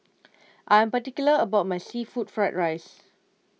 I am particular about my Seafood Fried Rice